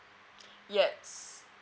yes